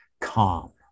calm